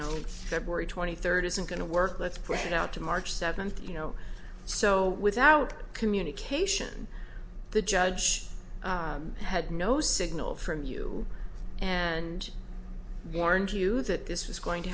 know february twenty third isn't going to work let's put it out to march seventh you know so without communication the judge had no signal from you and warned you that this was going to